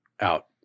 out